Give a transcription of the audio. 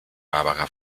barbara